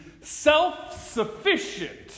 self-sufficient—